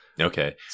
Okay